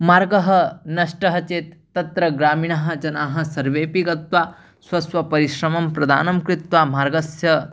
मार्गः नष्टः चेत् तत्र ग्रामिणाः जनाः सर्वेऽपि गत्वा स्वस्वपरिश्रमं प्रदानं कृत्वा मार्गस्य